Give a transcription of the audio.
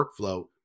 workflow